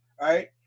right